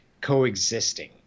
coexisting